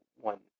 one